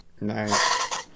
Nice